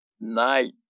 night